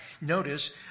Notice